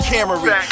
Camry